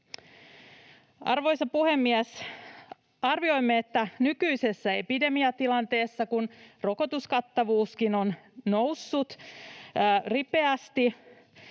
Arvoisa puhemies! Arvioimme, että nykyisessä epidemiatilanteessa, kun rokotuskattavuuskin on noussut ripeästi,